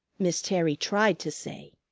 miss terry tried to say.